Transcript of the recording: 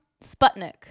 Sputnik